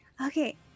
Okay